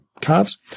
calves